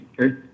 Okay